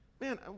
Man